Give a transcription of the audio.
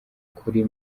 kuri